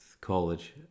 college